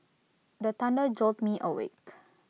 the thunder jolt me awake